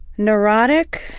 neurotic,